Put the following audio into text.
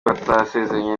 batarasezeranye